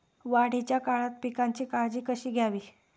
वाढीच्या काळात पिकांची काळजी कशी घ्यावी?